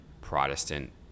Protestant